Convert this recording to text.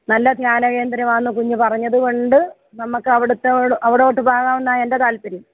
നല്ല ധ്യാനകേന്ദ്രമാന്ന് കുഞ്ഞ് പറഞ്ഞത് കൊണ്ട് നമുക്ക് അവിടത്തോ അവിടൊട്ട് പോകാം എന്നാണ് എന്റെ താല്പര്യം